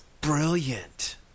Brilliant